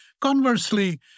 Conversely